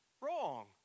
Wrong